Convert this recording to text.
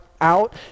out